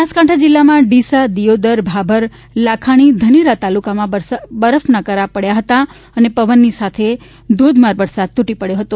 બનાસકાંઠા જિલ્લામાં ડીસા દિયોદર ભાભર લાખાણી ધાનેરા તાલુકામાં બરફના કરા પડચા હતાં અને પવનની સાથેસાથે ધોધમાર વરસાદ તૂટી પડચો હતો